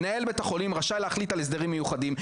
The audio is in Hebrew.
מנהל בית החולים רשאי להחליט על הסדרים מיוחדים,